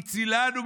הצילנו מידם,